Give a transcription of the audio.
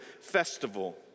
festival